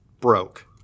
broke